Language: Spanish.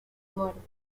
muertos